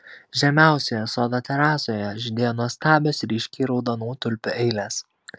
žemiausioje sodo terasoje žydėjo nuostabios ryškiai raudonų tulpių eilės